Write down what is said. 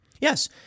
Yes